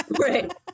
right